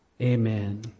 Amen